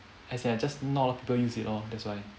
as in I just not a lot of people use it lor that's why